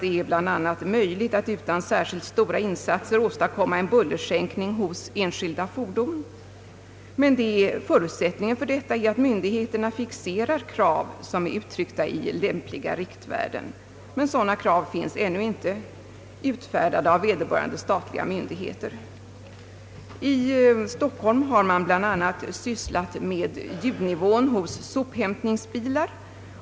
Det är bl.a. möjligt att utan särskilt stora insatser åstadkomma en bullersänkning hos enskilda fordon. Förutsättningen för detta är att myndigheterna fixerar krav som är uttryckta i lämpliga riktvärden. Sådana krav finns ännu inte utfärdade av vederbörande statliga myndigheter. I Stockholm har man bl.a. sysslat med ljudnivån hos sophämtningsbilar.